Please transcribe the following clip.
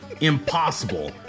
impossible